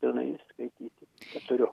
pilnai skaityti kad turiu